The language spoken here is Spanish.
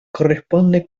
corresponde